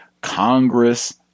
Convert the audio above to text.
Congress